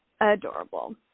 Adorable